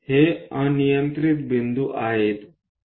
हे अनियंत्रित बिंदू आहेत